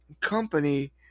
company